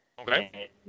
Okay